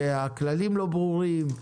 שהכללים לא ברורים,